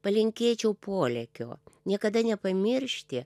palinkėčiau polėkio niekada nepamiršti